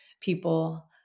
people